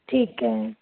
ਠੀਕ ਐ